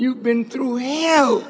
you've been through hell